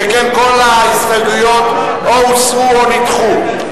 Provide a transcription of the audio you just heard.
שכן כל ההסתייגויות או הוסרו או נדחו.